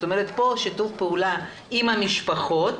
פה שיתוף הפעולה עם המשפחות